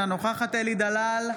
אינה נוכחת אלי דלל,